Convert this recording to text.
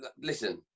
listen